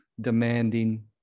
demanding